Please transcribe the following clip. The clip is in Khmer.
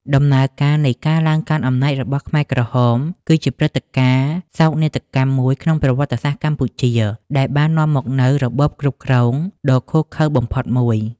ដំណើរការនៃការឡើងកាន់អំណាចរបស់ខ្មែរក្រហមគឺជាព្រឹត្តិការណ៍សោកនាដកម្មមួយក្នុងប្រវត្តិសាស្ត្រកម្ពុជា ដែលបាននាំមកនូវរបបគ្រប់គ្រងដ៏ឃោរឃៅបំផុតមួយ។